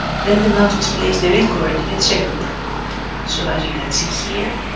then the mouse displays the real coordinates everywhere so as you can see here,